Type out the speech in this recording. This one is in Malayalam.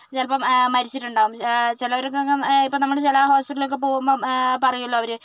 ചിലപ്പം മരിച്ചിട്ടുണ്ടാകും ചിലൊർക്കൊക്കെ ഇപ്പം നമ്മുടെ ചില ഹോസ്പിറ്റലിലൊക്കെ പോകുമ്പം പറയുമല്ലോ അവർ